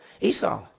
Esau